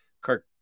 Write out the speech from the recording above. Kirk